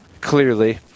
clearly